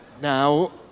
Now